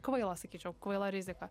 kvaila sakyčiau kvaila rizika